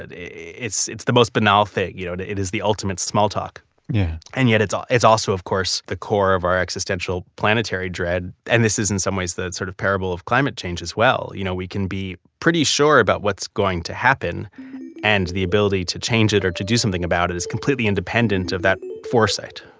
it's it's the most banal thing. you know it is the ultimate small talk yeah and yet it's ah it's also, of course, the core of our existential planetary dread, and this is in some ways the sort of parable of climate change as well. you know we can be pretty sure about what's going to happen and the ability to change it or to do something about it is completely independent of that foresight